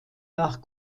nach